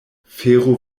fero